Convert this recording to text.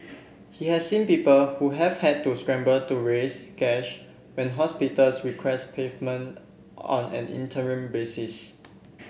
he has seen people who have had to scramble to raise cash when hospitals request payment on an interim basis